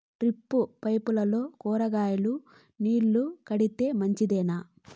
Drip పైపుల్లో కూరగాయలు నీళ్లు కడితే మంచిదేనా?